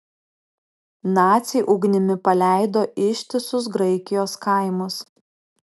naciai ugnimi paleido ištisus graikijos kaimus